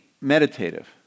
meditative